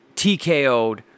TKO'd